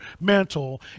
mantle